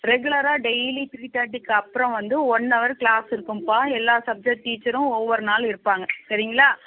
ரெகுலராக daily three தேர்ட்டிக்கு அப்புறம் வந்து ஒன் ஹவர் க்ளாஸ்ஸு இருக்கும்ப்பா எல்லா சப்ஜக்ட் டீச்சரும் ஒவ்வொரு நாளும் எடுப்பாங்க சரிங்களா